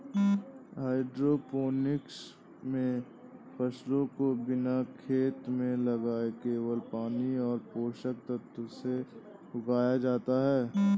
hydroponics मे फसलों को बिना खेत में लगाए केवल पानी और पोषक तत्वों से उगाया जाता है